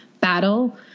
Battle